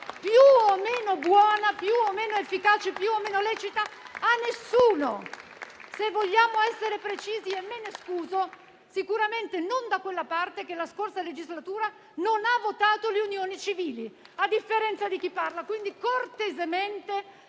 più o meno buona, più o meno efficace, più o meno lecita, ad alcuno. Se vogliamo essere precisi - e me ne scuso - sicuramente non quella parte che la scorsa legislatura non ha votato le unioni civili, a differenza di chi parla. Quindi, cortesemente,